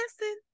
listen